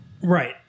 Right